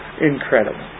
Incredible